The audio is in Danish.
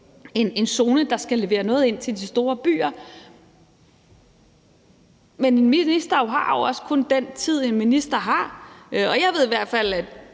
en zone, der skal levere noget ind til de store byer. Men en minister har jo også kun den tid, en minister har, og jeg ved i hvert fald,